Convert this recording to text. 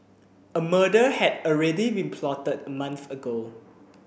a murder had already been plotted a month ago